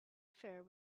affair